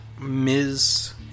Ms